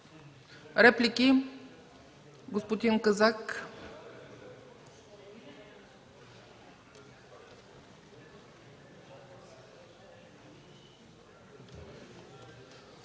Реплики? Господин Казак,